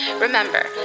Remember